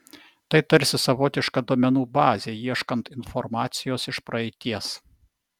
tai tarsi savotiška duomenų bazė ieškant informacijos iš praeities